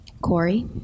Corey